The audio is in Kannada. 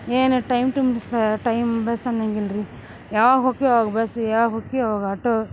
ಏನು ಟೈಮ್ ಟೈಮ್ ಬಸ್ಸಾ ಟೈಮ್ ಬಸ್ ಅನ್ನಂಗ ಇಲ್ರೀ ಯಾವಾಗ ಹೊಕ್ಕಿವಿ ಅವಾಗ ಬಸ್ಸು ಯಾವಾಗ ಹೊಕ್ಕಿವಿ ಅವಾಗ ಆಟೋ